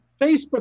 Facebook